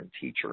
teacher